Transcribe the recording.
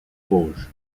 bauges